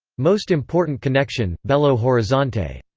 most important connection belo horizonte.